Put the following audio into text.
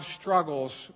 struggles